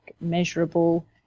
measurable